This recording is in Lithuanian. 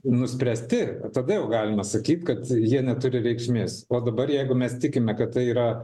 nuspręsti tada jau galima sakyt kad jie neturi reikšmės o dabar jeigu mes tikime kad tai yra